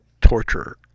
torture